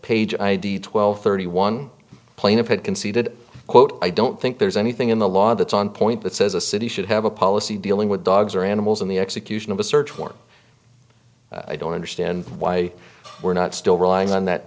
page id twelve thirty one plaintiff had conceded quote i don't think there's anything in the law that's on point that says a city should have a policy dealing with dogs or animals in the execution of a search warrant i don't understand why we're not still relying on that